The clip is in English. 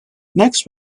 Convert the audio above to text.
next